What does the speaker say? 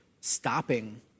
stopping